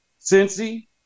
Cincy